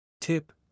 Tip